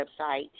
website